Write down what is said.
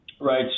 Right